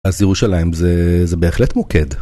אז ירושלים זה בהחלט מוקד.